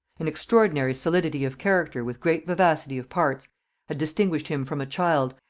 an extraordinary solidity of character with great vivacity of parts had distinguished him from a child,